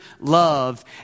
love